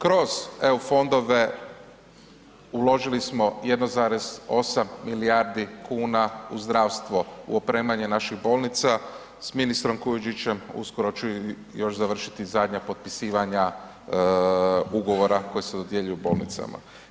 Kroz EU fondove uložili smo 1,8 milijardi kuna u zdravstvo, u opremanje naših bolnica, s ministrom Kujundžićem uskoro ću još završiti zadnja potpisivanja ugovora koja se dodjeljuju bolnicama.